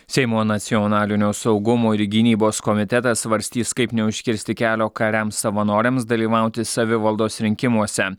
seimo nacionalinio saugumo ir gynybos komitetas svarstys kaip neužkirsti kelio kariams savanoriams dalyvauti savivaldos rinkimuose